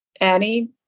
Annie